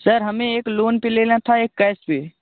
sir हमें एक loan पर लेना था एक कैस पर